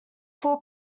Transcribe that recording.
full